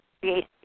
create